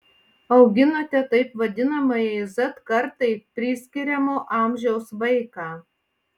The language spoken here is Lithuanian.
auginate taip vadinamajai z kartai priskiriamo amžiaus vaiką